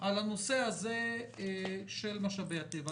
על הנושא הזה של משאבי הטבע.